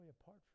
apart